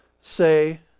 say